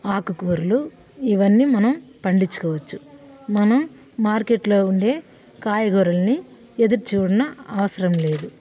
ఆకు కూరలు ఇవన్నీ మనం పండించుకోవచ్చు మనం మార్కెట్లో ఉండే కాయగూరలని ఎదురుచూడనవసరం లేదు